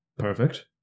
Perfect